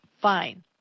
fine